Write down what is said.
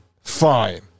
Fine